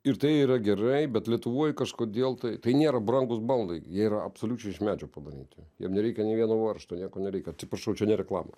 ir tai yra gerai bet lietuvoj kažkodėl tai tai nėra brangūs baldai yra absoliučiai iš medžio pagaminti jiem nereikia nei vieno varžto nieko nereikia atsiprašau čia ne reklama